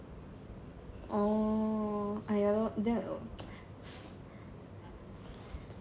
oh !aiyo! then eh